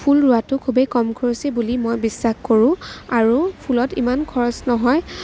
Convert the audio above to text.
ফুল ৰোৱাটো খুবেই কম খৰচী বুলি মই বিশ্ৱাস কৰোঁ আৰু ফুলত ইমান খৰচ নহয়